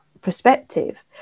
perspective